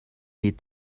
need